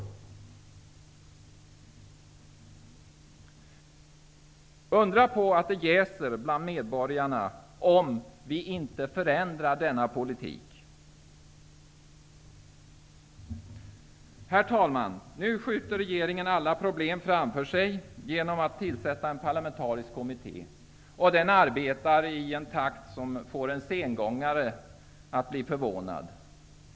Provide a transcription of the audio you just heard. Undra på att det jäser bland medborgarna, om vi inte förändrar denna politik! Herr talman! Nu skjuter regeringen alla problem framför sig genom att tillsätta en parlamentarisk kommitté, och den arbetar i en takt som får en sengångare att bli förvånad.